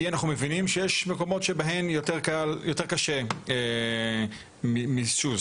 כי אנחנו מבינים שיש מקומות שבהם יותר קשה מאיזושהי סיבה,